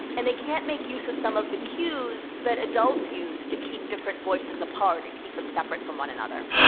and they can't make use of some of the cues that adults used to keep different voices apart and keep them separate from one another.